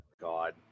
God